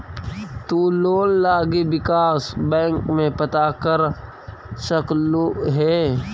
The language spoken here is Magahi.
तु लोन लागी विकास बैंक में पता कर सकलहुं हे